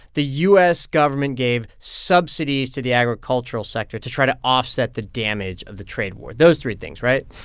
the u s. government gave subsidies to the agricultural sector to try to offset the damage of the trade war those three things, right?